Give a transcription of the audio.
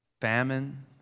Famine